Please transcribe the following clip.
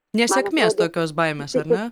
nesėkmės tokios baimės ar ne